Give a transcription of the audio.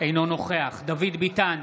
אינו נוכח דוד ביטן,